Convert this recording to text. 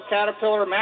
Caterpillar